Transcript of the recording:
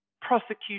prosecution